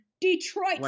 Detroit